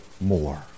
more